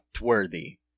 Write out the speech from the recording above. worthy